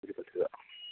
ഇത് പത്തുരൂപ